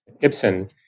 Ibsen